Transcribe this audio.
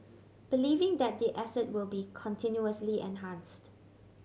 believing that the asset will be continuously enhanced